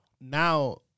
now